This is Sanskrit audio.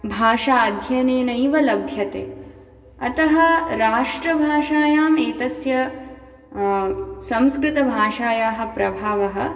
भाषा अध्ययनेनैव लभ्यते अतः राष्ट्रभाषायाम् एतस्य संस्कृतभाषायाः प्रभावः